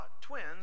twins